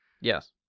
Yes